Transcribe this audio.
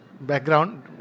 background